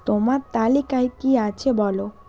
তোমার তালিকায় কী আছে বলো